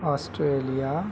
Australia